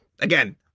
Again